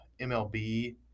mlb